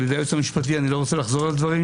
היועץ המשפטי ואני לא רוצה לחזור על הדברים